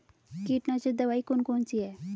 कीटनाशक दवाई कौन कौन सी हैं?